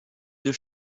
deux